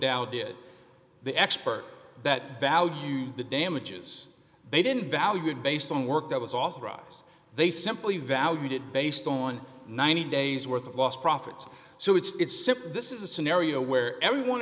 dowe did the expert that value the damages they didn't valued based on work that was authorized they simply valued it based on ninety days worth of lost profits so it's simply this is a scenario where everyone